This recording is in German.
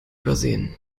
übersehen